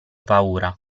paura